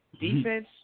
Defense